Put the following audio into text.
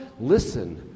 listen